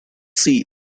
see